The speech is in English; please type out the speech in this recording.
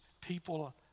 people